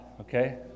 okay